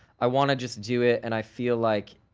i wanna just do it and i feel like